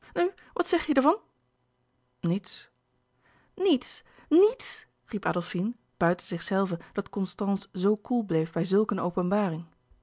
wat zeg je daarvan niets niets niets riep adolfine buiten zichzelve dat constance zoo koel bleef bij zulk een openbaring